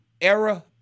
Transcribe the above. era